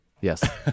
Yes